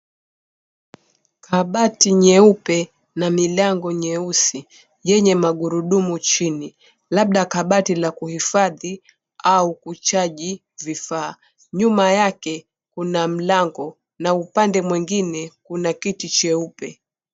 Kabati nyeupe na milango nyeusi yenye magurudumu chini, labda kabati la kuhifadhi au kuchaji vifaa. Nyuma yake kuna mlango na upande mwengine kuna kiti cheupe.